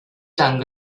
tan